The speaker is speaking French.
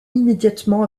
immédiatement